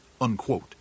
unquote